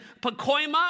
Pacoima